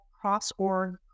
cross-org